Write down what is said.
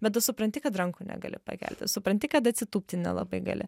bet tu supranti kad rankų negali pakelti supranti kad atsitūpti nelabai gali